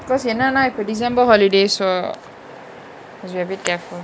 cause என்னனா இப்ப:ennanaa ippa december holiday so have to be careful